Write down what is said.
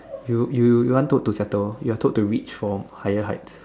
you you you aren't told to settle you're told to reach for higher heights